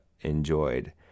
enjoyed